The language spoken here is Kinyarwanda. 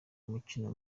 umukino